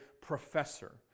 professor